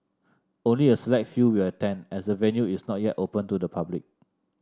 only a select few will attend as the venue is not yet open to the public